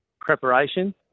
preparation